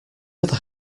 other